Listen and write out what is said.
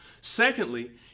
Secondly